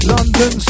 London